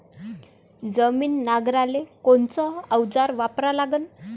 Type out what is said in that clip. जमीन नांगराले कोनचं अवजार वापरा लागन?